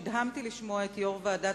נדהמתי לשמוע היום את יושב-ראש ועדת